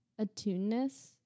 attuneness